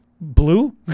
blue